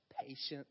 patience